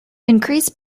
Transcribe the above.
increase